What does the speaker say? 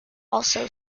also